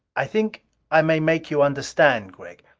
i think i may make you understand, gregg.